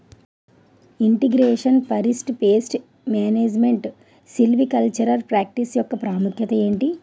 integration forest pest management silvicultural practice యెక్క ప్రాముఖ్యత ఏంటి